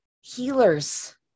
healers